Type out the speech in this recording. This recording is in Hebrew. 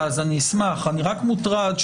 נהגי אוטובוס.